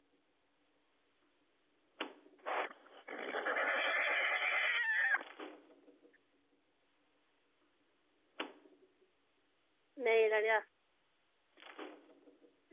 नेईं तां क्या